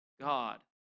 God